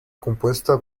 compuesta